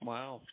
Wow